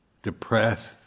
Depressed